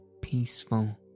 peaceful